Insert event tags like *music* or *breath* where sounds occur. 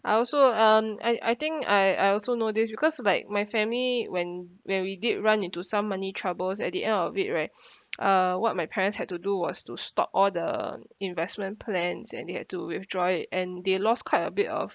I also um I I think I I also know this because like my family when when we did run into some money troubles at the end of it right *breath* uh what my parents had to do was to stop all the investment plans and they had to withdraw it and they lost quite a bit of